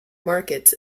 markets